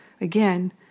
Again